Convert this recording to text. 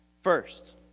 first